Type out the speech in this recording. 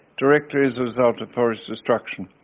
directly as a result of forest destruction.